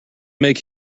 make